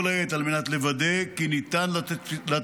העת על מנת לוודא כי ניתן לתצפיתניות